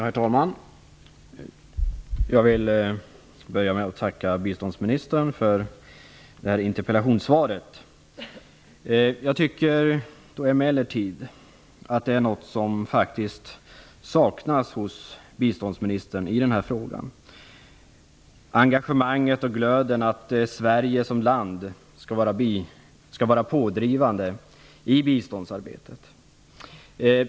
Herr talman! Jag vill börja med att tacka biståndsministern för interpellationssvaret. Jag tycker emellertid att det är någonting som saknas hos biståndsministern när det gäller den här frågan, nämligen engagemanget och glöden för att Sverige som land skall vara pådrivande i biståndsarbetet.